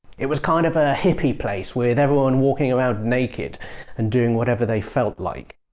it was kind of a hippy place, with everyone walking around naked and doing whatever they felt like.